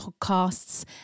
podcasts